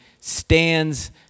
stands